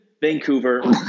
Vancouver